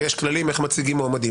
ויש כללים איך מציגים מועמדים.